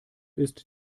ist